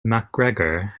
macgregor